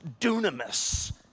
dunamis